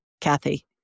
Kathy